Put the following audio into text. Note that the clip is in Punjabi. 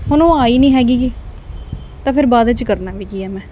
ਹੁਣ ਉਹ ਆਈ ਨਹੀਂ ਹੈਗੀ ਗੀ ਤਾਂ ਫਿਰ ਬਾਅਦ 'ਚ ਕਰਨਾ ਵੀ ਕੀ ਆ ਮੈਂ